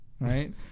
right